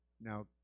Now